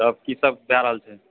तब की सभ भए रहल छै